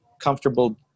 comfortable